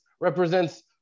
represents